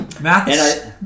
Maths